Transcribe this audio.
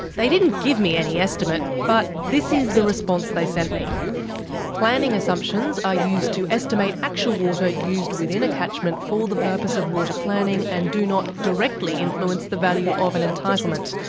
they didn't give me any estimate, but this is the response they sent me planning assumptions are used to estimate actual water used within a catchment for the purpose of water planning and do not directly influence the value of an entitlement.